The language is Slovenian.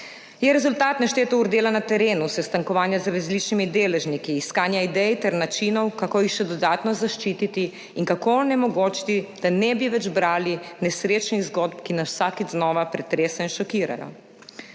Je rezultat neštetih ur dela na terenu, sestankovanja z različnimi deležniki, iskanja idej ter načinov, kako jih še dodatno zaščititi in kako omogočiti, da ne bi več brali nesrečnih zgodb, ki nas vsakič znova pretresajo in šokirajo.